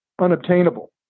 unobtainable